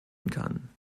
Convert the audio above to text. kann